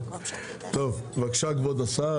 טוב, בבקשה כבוד השר.